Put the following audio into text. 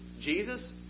Jesus